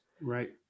Right